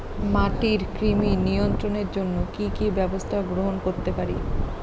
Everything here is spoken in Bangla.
মাটির কৃমি নিয়ন্ত্রণের জন্য কি কি ব্যবস্থা গ্রহণ করতে পারি?